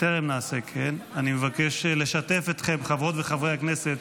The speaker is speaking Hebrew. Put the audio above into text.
אני מבקש לשתף אתכם, חברות וחברי הכנסת,